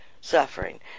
Suffering